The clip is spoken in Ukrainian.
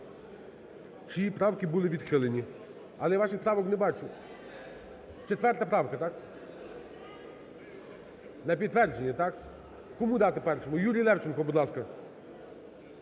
чиї правки були відхилені. Але я ваших правок не бачу. 4-а правка, так? На підтвердження, так? Кому дати першому? Юрій Левченко, будь ласка.